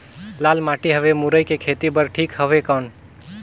लाल माटी हवे मुरई के खेती बार ठीक हवे कौन?